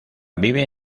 vive